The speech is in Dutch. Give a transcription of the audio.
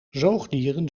zoogdieren